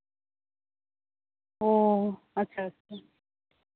ᱳ ᱟᱪᱪᱷᱟ ᱟᱪᱪᱷᱟ